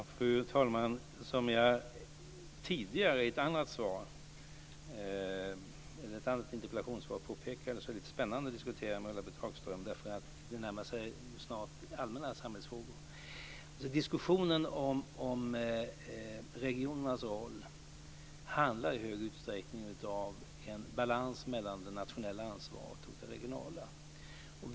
Fru talman! Som jag påpekade i ett tidigare interpellationssvar är det lite spännande att diskutera med Ulla-Britt Hagström eftersom det börjar närma sig allmänna samhällsfrågor. Diskussionen om regionernas roll handlar i stor utsträckning om en balans mellan det nationella och det regionala ansvaret.